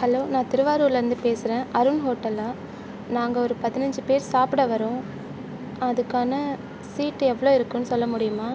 hello நான் திருவாரூர்லேருந்து பேசுகிறேன் அருண் ஹோட்டல்லா நாங்கள் ஒரு பதினஞ்சி பேர் சாப்பிட வருறோம் அதுக்கான சீட் எவ்வளோ இருக்குன்னு சொல்ல முடியுமா